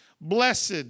blessed